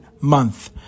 month